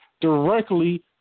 directly